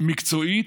מקצועית,